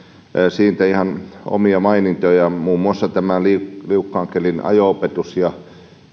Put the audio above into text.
siitä ihan omia mainintojaan muun muassa liukkaan kelin ajo opetus ja